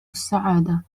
السعادة